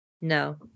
No